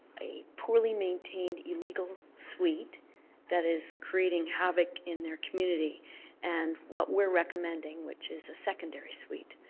a poorly-maintained illegal suite that is creating havoc in their community and what we're recommending which is a secondary suite.